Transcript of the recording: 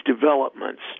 developments